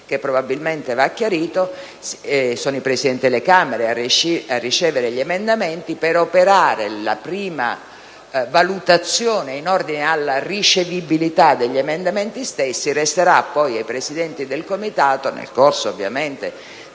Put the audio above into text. che probabilmente va chiarito: saranno i Presidenti delle Camere a ricevere gli emendamenti, per operare la prima valutazione in ordine alla ricevibilità degli emendamenti stessi. Spetterà poi ai Presidenti del Comitato, nel corso dell'esame